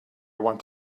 want